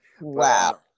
Wow